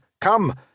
Come